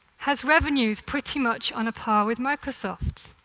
has revenues pretty much on a par with microsoft.